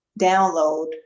download